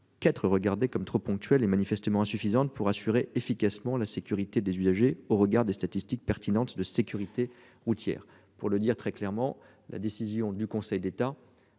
comme trop 4 comme trop ponctuels et manifestement insuffisantes pour assurer efficacement la sécurité des usagers au regard des statistiques pertinentes de sécurité routière pour le dire très clairement, la décision du Conseil d'État